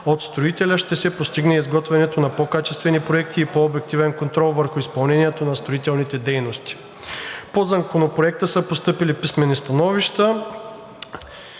По Законопроекта са постъпили писмени становища.